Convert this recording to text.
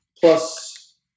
plus –